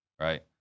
right